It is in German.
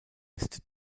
ist